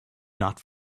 not